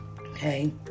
Okay